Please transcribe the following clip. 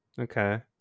Okay